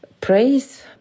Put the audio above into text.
praise